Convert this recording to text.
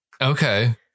Okay